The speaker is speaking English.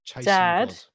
Dad